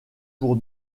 pour